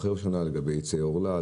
אחרי ראש השנה לגבי יוצאי ערלה,